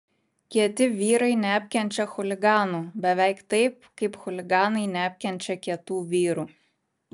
kieti vyrai neapkenčia chuliganų beveik taip kaip chuliganai neapkenčia kietų vyrų